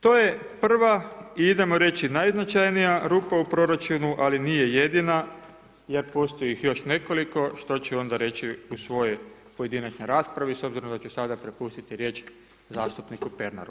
To je prva i idemo reći najznačajnija rupa u proračunu, ali nije jedina, jer postoji ih još nekoliko, što ću onda reći u svojoj pojedinačnoj raspravi, s obzirom da ću sada prepustiti riječ zastupniku Pernaru.